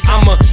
I'ma